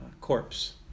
corpse